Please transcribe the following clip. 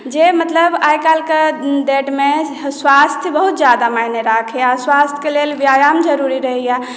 जे मतलब आइकाल्हि केँ डेट मे स्वास्थ्य बहुत जादा मायने राखैया आ स्वास्थ्यके लेल व्यायाम जरुरी रहैया